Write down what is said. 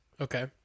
Okay